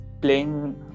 playing